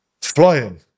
flying